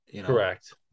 Correct